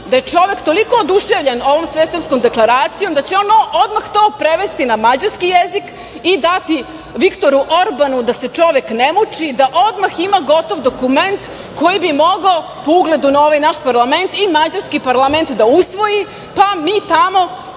da je čovek toliko oduševljen ovom Svesrpskom deklaracijom, da će on to odmah prevesti na mađarski jezik i dati Viktoru Orbanu, da se čovek ne muči, da odmah ima gotov dokument koji bi mogao po ugledu na ovaj naš parlament i mađarski parlament da usvoji, pa mi tamo